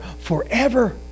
forever